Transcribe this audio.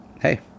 hey